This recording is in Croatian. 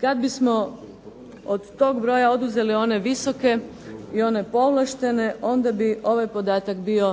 kad bismo od tog broja oduzeli one visoke i one povlaštene onda bi ovaj podatak bio